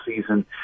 season